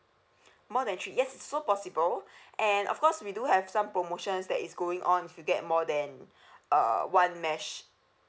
more than three yes so possible and of course we do have some promotions that is going on if you get more then uh one mesh